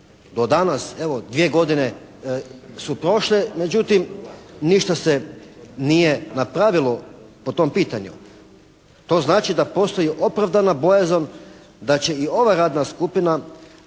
Do danas, evo 2 godine su prošle, međutim ništa se nije napravilo po tom pitanju. To znači da postoji opravdana bojazan da će i ova radna skupina